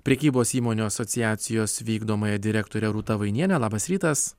prekybos įmonių asociacijos vykdomąja direktore rūta vainiene labas rytas